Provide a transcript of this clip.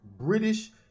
British